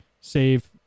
save